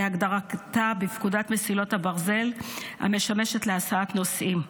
כהגדרתה בפקודת מסילות הברזל המשמשת להסעת נוסעים.